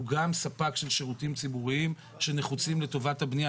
הוא גם ספק של שירותים ציבוריים שנחוצים לטובת הבנייה.